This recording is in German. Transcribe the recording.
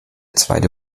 zweite